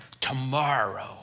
tomorrow